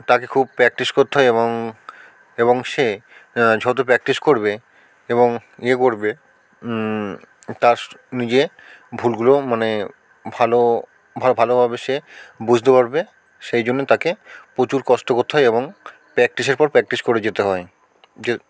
তাকে খুব প্র্যাকটিস করতে হয় এবং এবং সে যত প্র্যাকটিস করবে এবং এ করবে তার নিজের ভুলগুলো মানে ভালো ভালোভাবে সে বুঝতে পারবে সেই জন্য তাকে প্রচুর কষ্ট করতে হয় এবং প্র্যাকটিসের পর প্র্যাকটিস করে যেতে হয় যে